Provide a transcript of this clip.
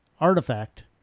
artifact